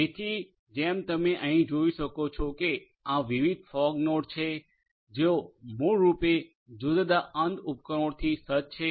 તેથી જેમ તમે અહીં જોઈ શકો છો કે આ વિવિધ ફોગ નોડ છે જેઓ મૂળરૂપે જુદા જુદા અંત ઉપકરણોથી સજ્જ છે